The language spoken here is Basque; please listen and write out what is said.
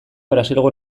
brasilgo